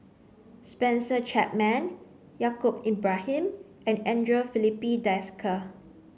Spencer Chapman Yaacob Ibrahim and Andre Filipe Desker